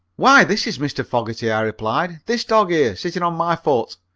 why, this is mr. fogerty, i replied this dog here, sitting on my foot.